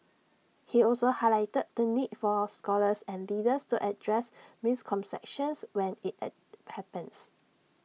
he also highlighted the need for scholars and leaders to address misconceptions when IT and happens